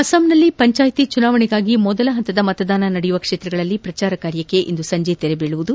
ಅಸ್ಟಾಂನಲ್ಲಿ ಪಂಚಾಯಿತಿ ಚುನಾವಣೆಗಾಗಿ ಮೊದಲ ಹಂತದ ಮತದಾನ ನಡೆಯುವ ಕ್ಷೇತ್ರಗಳಲ್ಲಿ ಪ್ರಚಾರ ಕಾರ್ಯಕ್ಕೆ ಇಂದು ಸಂಜೆ ತೆರೆಬೀಳಲಿದೆ